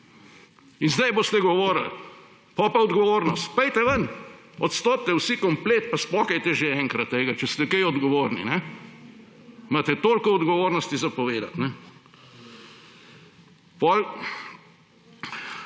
In zdaj boste govorili, potem pa odgovornost. P pojdite ven, odstopite vsi komplet, spokajte že enkrat, če ste kaj odgovorni. Imate toliko o odgovornosti za povedati.